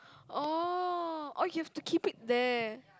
oh oh you have to keep it there